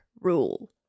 rule